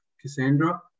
Cassandra